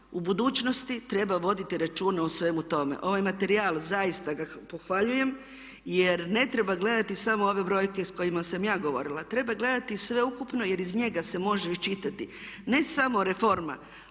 u budućnosti treba voditi računa o svemu tome. Ovaj materijal zaista ga pohvaljujem, jer ne treba gledati samo ove brojke o kojima sam ja govorila. Treba gledati sveukupno, jer iz njega se može iščitati ne samo reforma